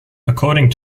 according